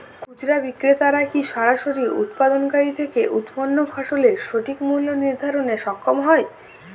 খুচরা বিক্রেতারা কী সরাসরি উৎপাদনকারী থেকে উৎপন্ন ফসলের সঠিক মূল্য নির্ধারণে সক্ষম হয়?